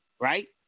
right